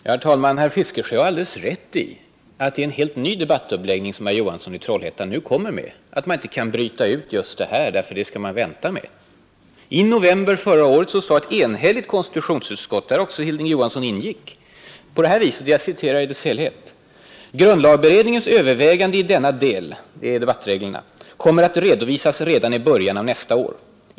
Herr talman! Herr Fiskesjö har alldeles rätt i att det är en helt ny debattuppläggning som herr Johansson i Trollhättan nu kommer med när ället vänta med han säger att man inte kan bryta ut just det här utan is det. I november förra året sade ett enigt konstitutionsutskott, där också herr Hilding Johansson ingick: ”Grundlagberedningens överväganden i denna del kommer att redovisas redan i början av nästa år.